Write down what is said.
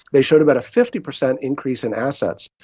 they showed about a fifty percent increase in assets.